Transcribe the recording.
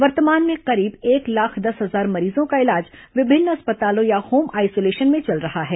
वर्तमान में करीब एक लाख दस हजार मरीजों का इलाज विभिन्न अस्पतालों या होम आइसोलेशन में चल रहा है